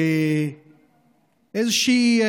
כאיזושהי,